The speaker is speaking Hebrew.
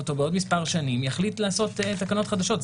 אותו בעוד מספר שנים יחליט לעשות תקנות חדשות.